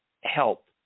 help